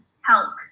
help